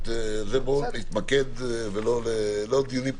בואו נתמקד ולא נקיים דיונים פילוסופיים.